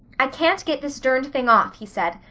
i can't get this durned thing off he said,